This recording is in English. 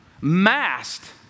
masked